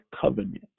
covenant